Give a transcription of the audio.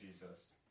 Jesus